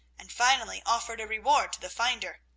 and finally offered a reward to the finder.